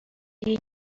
iyi